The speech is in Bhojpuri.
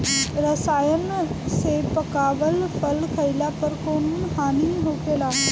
रसायन से पकावल फल खइला पर कौन हानि होखेला?